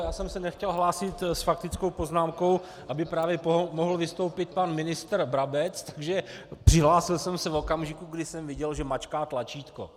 Já jsem se nechtěl hlásit s faktickou poznámkou, aby právě mohl vystoupit pan ministr Brabec, takže přihlásil jsem se v okamžiku, kdy jsem viděl, že mačká tlačítko.